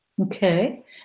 Okay